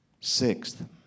Sixth